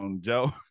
Joe